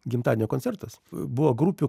gimtadienio koncertas buvo grupių